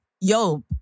yo